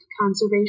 conservation